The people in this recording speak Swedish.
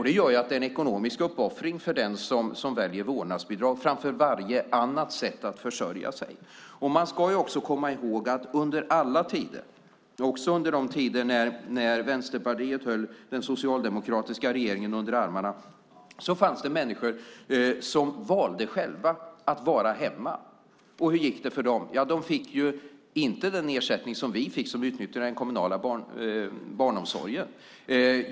Det gör att det är en ekonomisk uppoffring för den som väljer vårdnadsbidrag framför varje annat sätt att försörja sig. Man ska också komma ihåg att under alla tider, också under de tider när Vänsterpartiet höll den socialdemokratiska regeringen under armarna, har det funnits människor som själva valt att vara hemma. Och hur gick det för dem? Ja, de fick inte den ersättning som vi fick som utnyttjade den kommunala barnomsorgen.